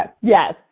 Yes